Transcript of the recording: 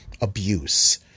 abuse